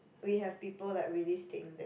we have people like really stayed in that